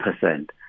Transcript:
percent